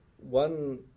One